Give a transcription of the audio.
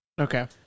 Okay